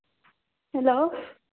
hello